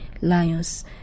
lions